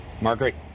Margaret